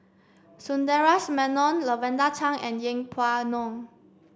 Sundaresh Menon Lavender Chang and Yeng Pway Ngon